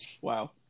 Wow